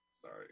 Sorry